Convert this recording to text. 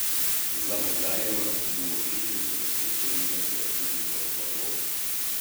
zavgajevas buvo išrinktas čečėnijos respublikos vadovu